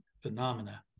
phenomena